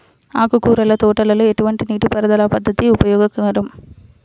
ఆకుకూరల తోటలలో ఎటువంటి నీటిపారుదల పద్దతి ఉపయోగకరం?